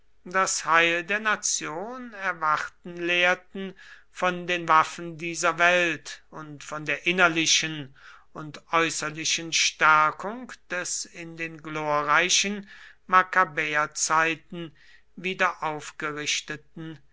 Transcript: das heil der nation erwarten lehrten von den waffen dieser welt und von der innerlichen und äußerlichen stärkung des in den glorreichen makkabäerzeiten